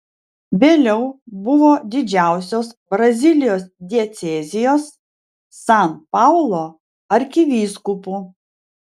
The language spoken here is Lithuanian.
vėliau buvo didžiausios brazilijos diecezijos san paulo arkivyskupu